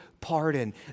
pardon